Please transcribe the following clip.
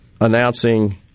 announcing